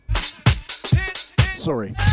Sorry